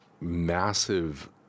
massive